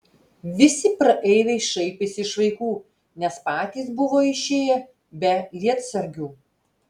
visi praeiviai šaipėsi iš vaikų nes patys buvo išėję be lietsargių